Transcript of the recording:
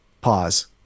pause